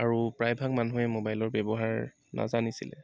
আৰু প্ৰায়ভাগ মানুহে মোবাইলৰ ব্যৱহাৰ নাজানিছিলে